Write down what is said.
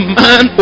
man